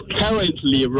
currently